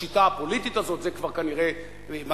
בשיטה הפוליטית הזאת, זה כבר כנראה מגיע,